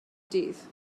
dydd